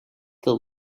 the